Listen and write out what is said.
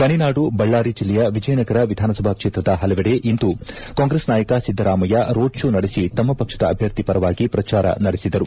ಗಣಿನಾಡು ಬಳ್ಳಾರಿ ಜಿಲ್ಲೆಯ ವಿಜಯನಗರ ವಿಧಾನ ಸಭಾ ಕ್ಷೇತ್ರದ ಪಲವೆಡೆ ಇಂದು ಕಾಂಗ್ರೆಸ್ ನಾಯಕ ಸಿದ್ದರಾಮಯ್ಯ ರೋಡ್ ಷೋ ನಡೆಸಿ ತಮ್ನ ಪಕ್ಷದ ಅಭ್ಯರ್ಥಿ ಪರವಾಗಿ ಪ್ರಚಾರ ನಡೆಸಿದರು